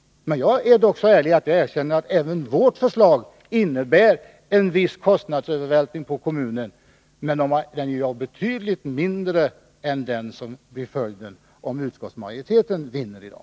Jag är dock så ärlig att jag erkänner att även vårt förslag innebär en viss kostnadsövervältring på kommunen, men en betydligt mindre än den som blir följden om utskottsmajoriteten vinner i dag.